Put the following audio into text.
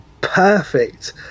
perfect